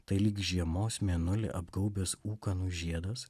tai lyg žiemos mėnulį apgaubęs ūkanų žiedas